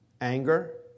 Anger